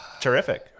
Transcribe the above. terrific